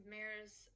Mare's